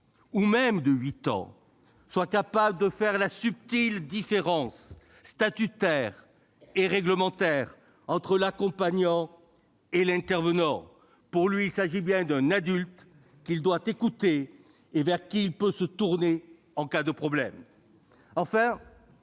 ou même de 8, serait capable de faire la subtile différence statutaire et réglementaire entre l'accompagnant et l'intervenant. Pour lui, il s'agit dans tous les cas d'un adulte, qu'il doit écouter et vers lequel il peut se tourner en cas de problème.